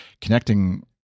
connecting